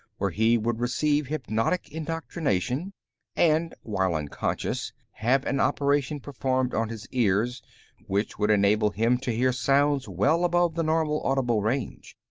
where he would receive hypnotic indoctrination and, while unconscious, have an operation performed on his ears which would enable him to hear sounds well above the normal audible range.